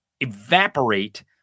evaporate